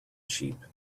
sheep